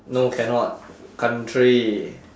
no cannot country